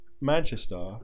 Manchester